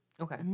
Okay